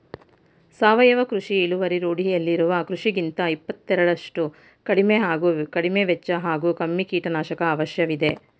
ಸಾವಯವ ಕೃಷಿ ಇಳುವರಿ ರೂಢಿಯಲ್ಲಿರುವ ಕೃಷಿಗಿಂತ ಇಪ್ಪತ್ತರಷ್ಟು ಕಡಿಮೆ ಹಾಗೂ ಕಡಿಮೆವೆಚ್ಚ ಹಾಗೂ ಕಮ್ಮಿ ಕೀಟನಾಶಕ ಅವಶ್ಯವಿದೆ